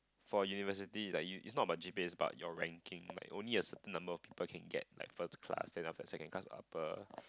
for university is like you you it's not about G_P_A is about your ranking like only a certain number of people can get like first class then after that second class upper